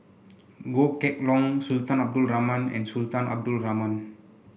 Goh Kheng Long Sultan Abdul Rahman and Sultan Abdul Rahman